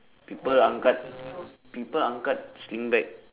people angkat people angkat sling bag